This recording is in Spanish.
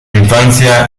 infancia